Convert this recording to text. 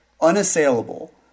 Unassailable